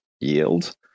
yield